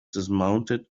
dismounted